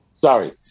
Sorry